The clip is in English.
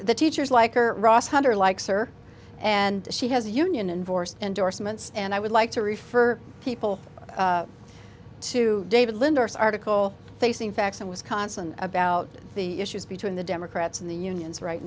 the teachers like or ross hunter likes her and she has a union and voice endorsements and i would like to refer people to david lindorff article facing facts in wisconsin about the issues between the democrats and the unions right